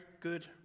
good